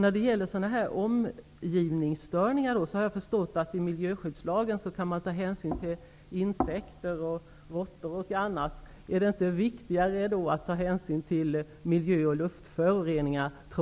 När det gäller omgivningsstörningar har jag förstått att man enligt miljöskyddslagen kan ta hänsyn till insekter, råttor och annat. Är det trots allt inte viktigare att ta hänsyn till miljö och luftföroreningar?